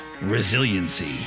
resiliency